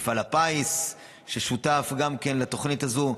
גם מפעל הפיס שותף לתוכנית הזאת.